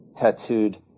tattooed